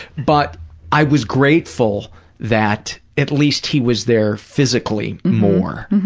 but i was grateful that at least he was there physically more